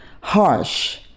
harsh